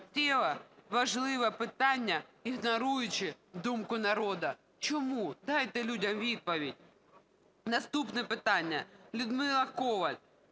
важливе питання, ігноруючи думку народу?" Чому? Дайте людям відповідь. Наступне питання. Людмила Коваль: